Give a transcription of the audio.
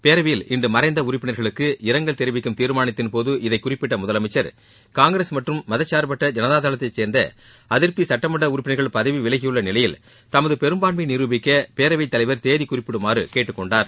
பேரவையில் இன்று மறைந்த உறுப்பினர்களுக்கு இரங்கல் தெரிவிக்கும் தீர்மானத்தின்போது இதைக் குறிப்பிட்ட முதலமைச்சர் காங்கிரஸ் மற்றும் மதசார்பற்ற ஜனதாதளத்தை சேர்ந்த அதிருப்தி சட்டமன்ற உறுப்பினர்கள் பதவி விலகியுள்ள நிலையில் தமது பெரும்பான்மையை நிருபிக்க பேரவைத் தலைவர் தேதி குறிப்பிடுமாறு கேட்டுக் கொண்டார்